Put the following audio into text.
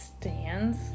stands